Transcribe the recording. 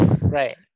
right